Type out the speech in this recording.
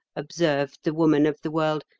observed the woman of the world,